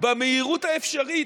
במהירות האפשרית.